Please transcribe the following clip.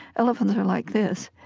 elephants are like this,